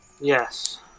Yes